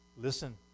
Listen